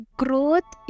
growth